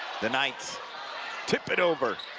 the knights tip it over.